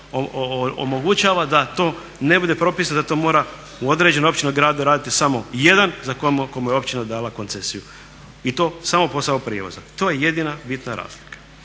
omogućava da to ne bude propisano da to mora u određenoj općini, gradu raditi samo jedan kojemu je općina dala koncesiju, i to samo posao prijevoza. To je jedina bitna razlika.